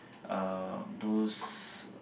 uh those